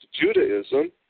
Judaism